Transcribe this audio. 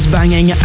Banging